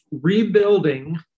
rebuilding